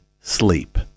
sleep